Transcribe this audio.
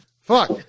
Fuck